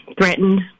threatened